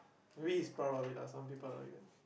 maybe he's proud of it lah some people are like that